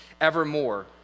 evermore